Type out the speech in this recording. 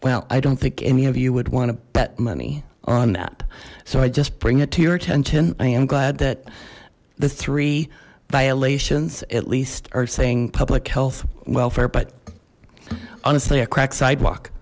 well i don't think any of you would want to bet money on that so i just bring it to your attention i am glad that the three violations at least are saying public health welfare but honestly a crack sidewalk